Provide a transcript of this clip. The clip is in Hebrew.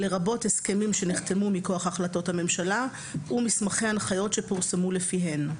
לרבות הסכמים שנחתמו מכוח החלטות הממשלה ומסמכי הנחיות שפורסמו לפיהן";